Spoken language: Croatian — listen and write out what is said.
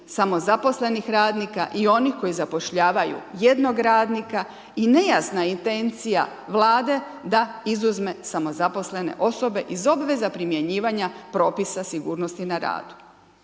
samozaposlenih radnika i onih koji zapošljavaju jednog radnika. I nejasna je intencija Vlade da izuzme samozaposlene osobe iz obveze primjenjivanja propisa sigurnosti na radu.